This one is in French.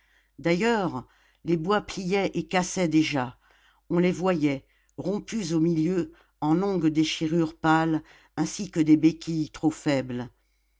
d'ailleurs les bois pliaient et cassaient déjà on les voyait rompus au milieu en longues déchirures pâles ainsi que des béquilles trop faibles